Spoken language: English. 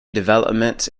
developments